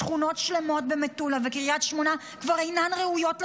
שכונות שלמות במטולה ובקריית שמונה כבר אינן ראויות למגורים,